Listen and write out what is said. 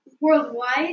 worldwide